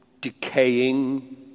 decaying